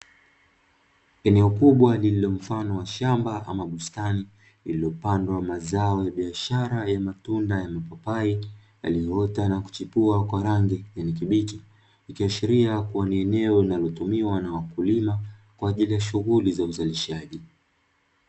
Eneo kubwa lililo mfano wa shamba ama bustani, lililopandwa mazao ya biashara ya matunda ya mapapai, yaliyoota na kuchipua kwa rangii ya kijani kibichi, ikiashiria kuwa ni eneo linalotumiwa na wakulima kwa ajili ya shughuli za uzalishaji.